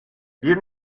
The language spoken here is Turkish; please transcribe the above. bir